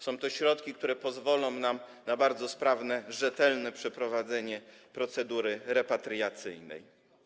Są to środki, które pozwolą nam na bardzo sprawne, rzetelne przeprowadzenie procedury repatriacyjnej.